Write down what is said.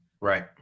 Right